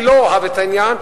אני לא אוהב את העניין,